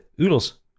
Oodles